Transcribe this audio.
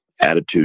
attitude